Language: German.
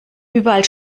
überall